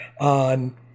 on